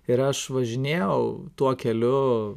ir aš važinėjau tuo keliu